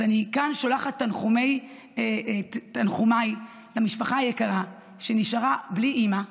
אז אני כאן שולחת את תנחומיי למשפחה היקרה שנשארה בלי אימא,